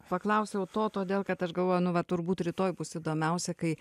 paklausiau to todėl kad aš galvoju nu va turbūt rytoj bus įdomiausia kai